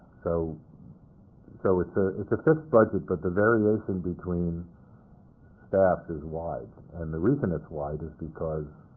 so so it's ah it's a fixed budget, but the variation between staffs is wide. and the reason it's wide is because